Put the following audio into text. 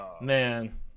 Man